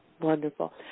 wonderful